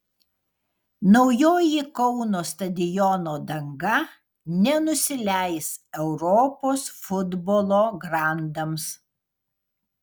naujoji kauno stadiono danga nenusileis europos futbolo grandams